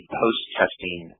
post-testing